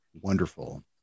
wonderful